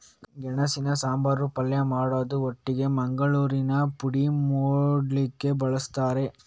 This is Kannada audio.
ಗೆಣಸನ್ನ ಸಾಂಬಾರು, ಪಲ್ಯ ಮಾಡುದ್ರ ಒಟ್ಟಿಗೆ ಮಂಗಳೂರಿನಲ್ಲಿ ಪೋಡಿ ಮಾಡ್ಲಿಕ್ಕೂ ಬಳಸ್ತಾರೆ